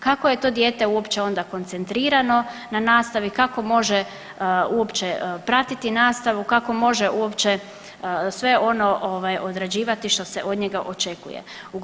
Kako je to dijete uopće onda koncentrirano na nastavi, kako može uopće pratiti nastavu, kako može uopće sve ono ovaj odrađivati što se od njega očekuje?